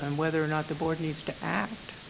um whether or not the board needs to act,